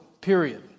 period